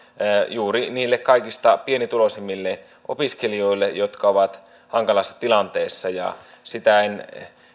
juuri niille kaikista pienituloisimmille opiskelijoille jotka ovat hankalassa tilanteessa sitä en